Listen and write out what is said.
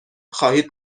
خواهید